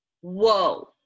Whoa